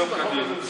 אני מסיר החוק הזה.